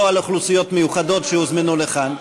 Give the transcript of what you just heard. לא על אוכלוסיות מיוחדות שהוזמנו לכאן,